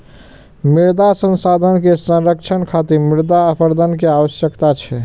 मृदा संसाधन के संरक्षण खातिर मृदा प्रबंधन के आवश्यकता छै